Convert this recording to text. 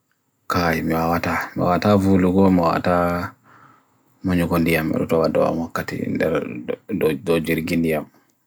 kai mewawata, mewawata avulu ko mewawata manyukondiyam, utawadwa moakati dojirikindiyam.